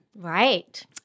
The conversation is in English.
Right